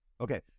Okay